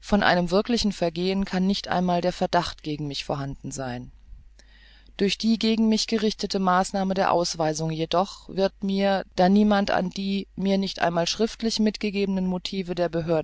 von einem wirklichen vergehen kann nicht einmal der verdacht gegen mich vorhanden sein durch die gegen mich gerichtete maßregel der ausweisung jedoch wird mir da niemand an die mir nicht einmal schriftlich mitgegebenen motive der